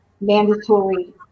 mandatory